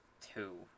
two